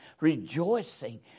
rejoicing